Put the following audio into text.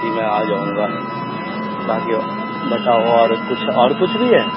جی میں آ جاؤں گا باکی بتاؤ اور کچھ اور کچھ بھی ہے